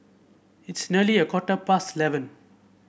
its nearly a quarter past eleven